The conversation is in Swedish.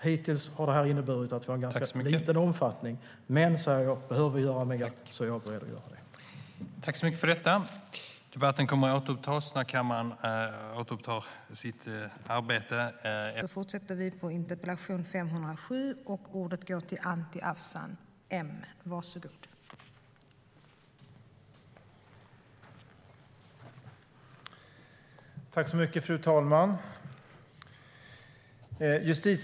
Hittills har det inneburit att vi har en ganska liten omfattning, men behöver vi göra mer så är jag beredd att göra det.